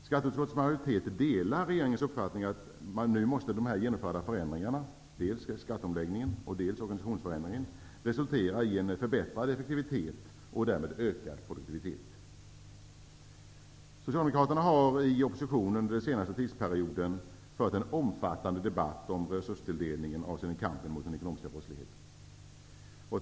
Skatteutskottets majoritet delar regeringens uppfattning att de genomförda förändringarna skatteomläggningen och organisationsförändringen -- nu måste resultera i en förbättrad effektivitet och därmed ökad produktivitet. Socialdemokraterna har i opposition, under den senaste tidsperioden, fört en omfattande debatt om resurstilldelningen vad gäller kampen mot den ekonomiska brottsligheten.